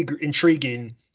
intriguing